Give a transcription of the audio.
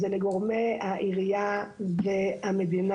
זה לגורמי העירייה והמדינה,